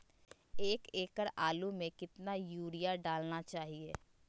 एक एकड़ आलु में कितना युरिया डालना चाहिए?